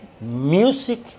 music